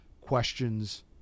questions